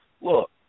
look